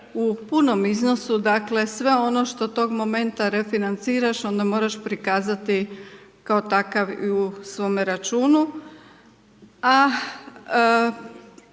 u punom iznosu dakle sve ono što tog momenta refinanciraš onda moraš prikazati kao takav u svome računu,